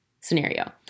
scenario